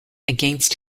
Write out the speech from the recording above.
against